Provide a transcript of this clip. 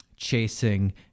Chasing